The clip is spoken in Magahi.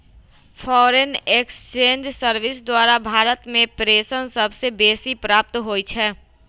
फॉरेन एक्सचेंज सर्विस द्वारा भारत में प्रेषण सबसे बेसी प्राप्त होई छै